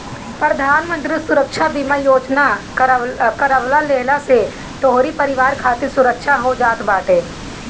प्रधानमंत्री सुरक्षा बीमा योजना करवा लेहला से तोहरी परिवार खातिर सुरक्षा हो जात बाटे